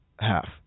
half